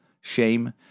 shame